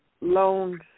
loans